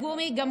תודה, תודה לך.